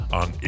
on